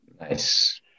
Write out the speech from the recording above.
Nice